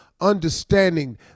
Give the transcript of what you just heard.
understanding